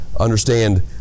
Understand